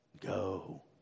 Go